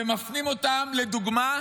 ומפנים אותם, לדוגמה,